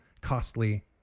costly